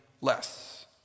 less